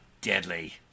deadly